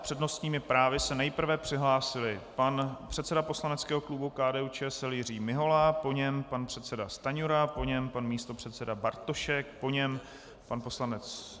S přednostními právy se nejprve přihlásili: pan předseda poslaneckého klubu KDUČSL Jiří Mihola, po něm pan předseda Stanjura, po něm pan místopředseda Bartošek, po něm pan poslanec.